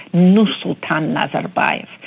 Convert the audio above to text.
nursultan nazarbayev.